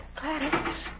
Gladys